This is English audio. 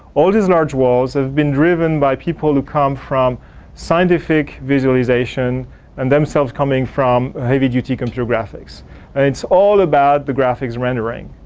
all these large walls has been driven by people who come from scientific visualization and themselves coming from heavy-duty controller graphics. and it's all about the graphics rendering.